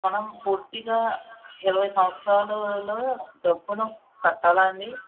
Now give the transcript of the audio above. మనం పూర్తిగా ఇరవై సంవత్సరాలలో డబ్బును కట్టాలా అండి